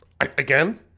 Again